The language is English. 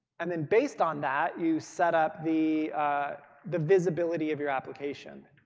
and then based on that, you set up the the visibility of your application.